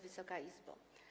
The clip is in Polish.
Wysoka Izbo!